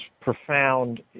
profound